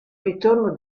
ritorno